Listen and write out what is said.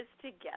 together